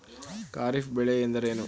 ಖಾರಿಫ್ ಬೆಳೆ ಎಂದರೇನು?